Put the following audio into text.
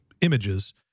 images